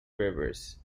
rivers